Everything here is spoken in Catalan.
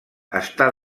està